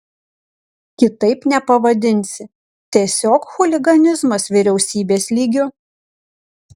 kitaip nepavadinsi tiesiog chuliganizmas vyriausybės lygiu